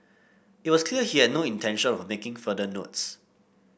it was clear he had no intention of making further notes